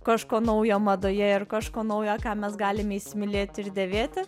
kažko naujo madoje ir kažko naujo ką mes galime įsimylėti ir dėvėti